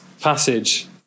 passage